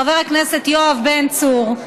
חבר הכנסת יואב בן צור.